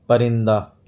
پرندہ